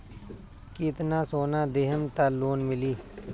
कितना सोना देहम त लोन मिली?